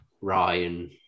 Ryan